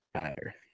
tire